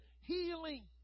healing